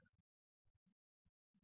2